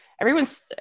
everyone's